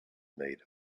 made